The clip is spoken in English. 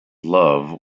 love